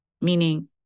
meaning